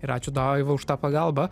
ir ačiū daiva už tą pagalbą